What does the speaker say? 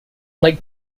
like